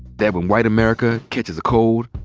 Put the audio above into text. that when white america catches a cold,